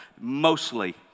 mostly